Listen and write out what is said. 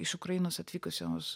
iš ukrainos atvykusios